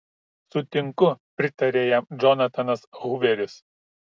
sutinku pritarė jam džonatanas huveris